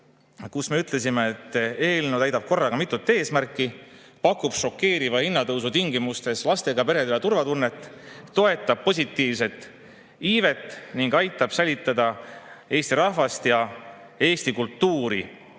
me ütlesime: "Eelnõu täidab korraga mitut eesmärki: pakub šokeeriva hinnatõusu tingimustes lastega peredele turvatunnet, toetab positiivset iivet ning aitab säilitada Eesti rahvast ja eesti kultuuri."